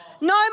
No